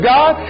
God